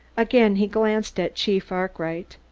again he glanced at chief arkwright.